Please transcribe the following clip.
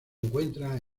encuentran